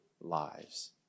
lives